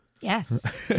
Yes